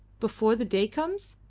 before the day comes?